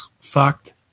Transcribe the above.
fucked